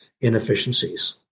inefficiencies